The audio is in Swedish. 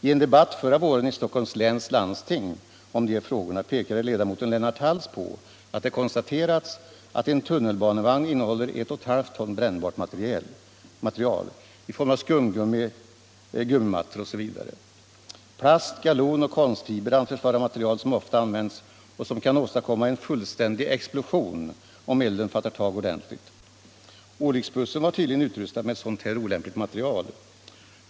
I en debatt förra våren i Stockholms läns landsting om de här frågorna påpekade ledamoten Lennart Hals att det konstaterats att en tunnelbanevagn innehåller 1,5 ton brännbart material i form av skumgummi, gummimattor osv. Plast, galon och konstfiber anförs vara material som ofta används och som kan åstadkomma en fullständig explosion om elden fattar tag ordentligt. Olycksbussen var tydligen utrustad med sådant här olämpligt material.